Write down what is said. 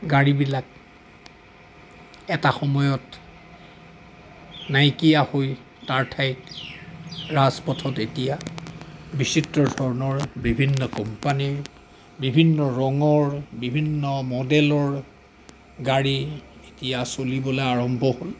গাড়ীবিলাক এটা সময়ত নাইকিয়া হৈ তাৰ ঠাইত ৰাজপথত এতিয়া বিচিত্ৰ ধৰণৰ বিভিন্ন কোম্পানীৰ বিভিন্ন ৰঙৰ বিভিন্ন মডেলৰ গাড়ী এতিয়া চলিবলৈ আৰম্ভ হ'ল